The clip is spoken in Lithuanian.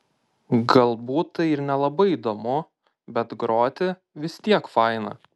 galbūt tai ir nelabai įdomu bet groti vis tiek faina